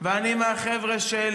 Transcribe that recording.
אני הכי רוצה אחדות,